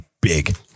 big